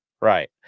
Right